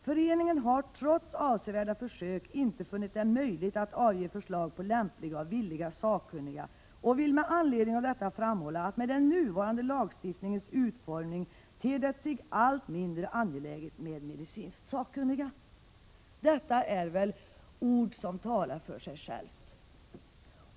Föreningen har trots avsevärda försök ej funnit det möjligt att avge förslag på lämpliga och villiga sakkunniga och vill med anledning av detta framhålla, att med den nuvarande lagstiftningens utformning ter det sig allt mindre angeläget med medicinskt sakkunniga.” Detta är väl ord som talar för sig själva.